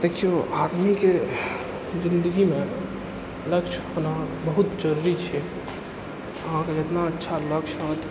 देखिऔ आदमीके जिनगीमे लक्ष्य होना बहुत जरूरी छै अहाँके जतना अच्छा लक्ष्य हैत